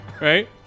Right